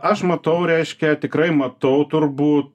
aš matau reiškia tikrai matau turbūt